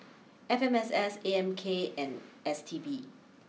F M S S A M K and S T B